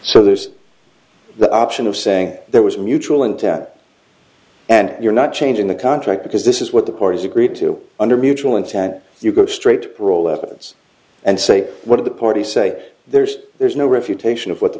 so there's the option of saying there was mutual intent and you're not changing the contract because this is what the parties agreed to under mutual and tat you go straight to parole evidence and say what the party say there's there's no refutation of what the